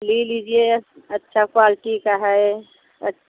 ले लीजिए अच्छा क्वालिटी का है अच्छा